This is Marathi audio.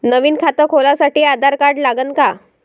नवीन खात खोलासाठी आधार कार्ड लागन का?